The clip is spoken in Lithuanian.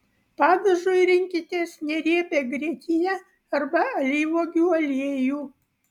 padažui rinkitės neriebią grietinę arba alyvuogių aliejų